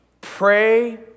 pray